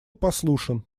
послушен